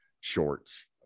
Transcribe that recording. shorts